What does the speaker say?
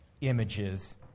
images